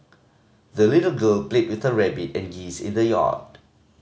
the little girl played with her rabbit and geese in the yard